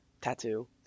Tattoo